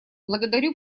благодарю